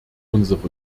unsere